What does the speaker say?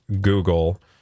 Google